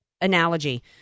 analogy